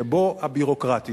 שבהם הביורוקרטים,